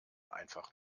einfach